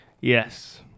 Yes